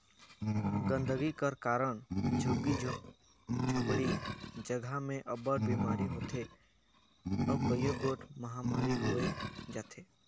गंदगी कर कारन झुग्गी झोपड़ी जगहा में अब्बड़ बिमारी होथे अउ कइयो गोट महमारी होए जाथे